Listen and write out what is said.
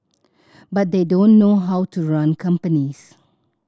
but they don't know how to run companies